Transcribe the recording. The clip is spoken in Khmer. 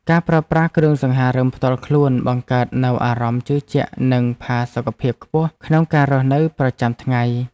ការប្រើប្រាស់គ្រឿងសង្ហារិមផ្ទាល់ខ្លួនបង្កើតនូវអារម្មណ៍ជឿជាក់និងផាសុកភាពខ្ពស់ក្នុងការរស់នៅប្រចាំថ្ងៃ។